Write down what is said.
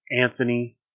Anthony